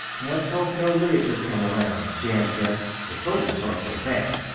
let's hope no leiters come around, jan said. the soldiers aren't so bad.